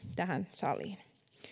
tähän saliin